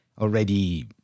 already